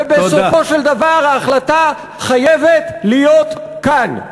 ובסופו של דבר, ההחלטה חייבת להיות כאן.